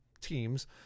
teams